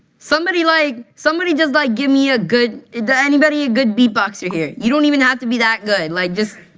somebody like somebody just like give me a good is there anybody a good beatboxer here? you don't even have to be that good. like all